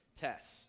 test